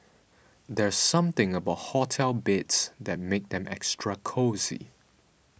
there's something about hotel beds that makes them extra cosy